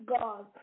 God